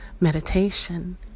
meditation